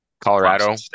Colorado